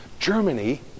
Germany